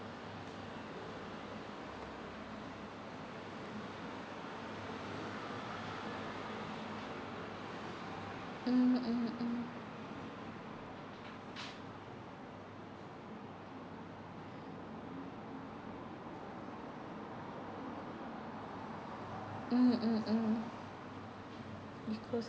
mm mm mm mm mm mm of course ah